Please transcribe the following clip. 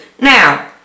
now